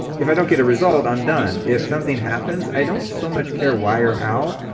if i don't get a result, i'm done. if something happens, i don't so much care why or how,